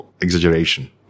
exaggeration